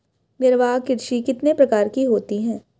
निर्वाह कृषि कितने प्रकार की होती हैं?